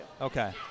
okay